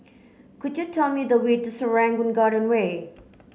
could you tell me the way to Serangoon Garden Way